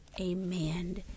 amen